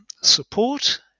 support